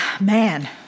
Man